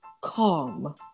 calm